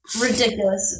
ridiculous